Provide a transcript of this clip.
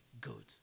good